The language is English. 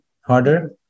harder